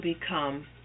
become